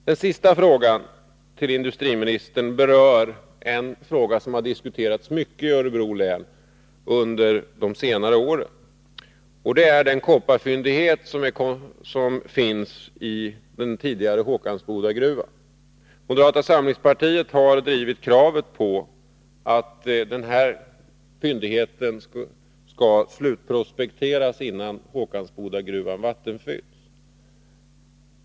Min sista fråga till industriministern berör en sak som har diskuterats mycket i Örebro län under de senare åren, och det är den kopparfyndighet som finns i den tidigare Håkansbodagruvan. Moderata samlingspartiet har hårt drivit kravet på att den här fyndigheten skall slutprospekteras, innan Håkansbodagruvan vattenfylls.